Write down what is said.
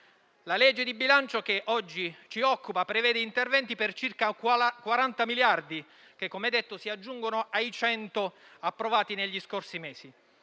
di legge di bilancio che oggi ci occupa prevede interventi per circa 40 miliardi che, come detto, si aggiungono ai 100 approvati negli scorsi mesi.